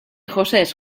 josés